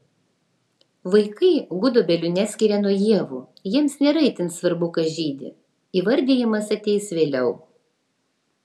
vaikai gudobelių neskiria nuo ievų jiems nėra itin svarbu kas žydi įvardijimas ateis vėliau